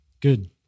Good